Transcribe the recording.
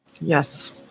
Yes